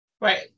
right